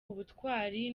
ubutwari